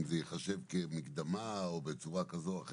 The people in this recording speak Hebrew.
אם זה ייחשב כמקדמה או בצורה כזו או אחרת,